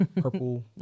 purple